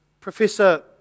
professor